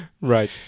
Right